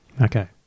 okay